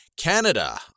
Canada